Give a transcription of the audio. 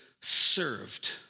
Served